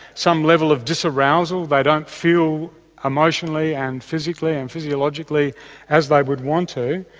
some level of disarousal, they don't feel emotionally and physically and physiologically as they would want to.